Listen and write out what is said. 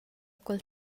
quel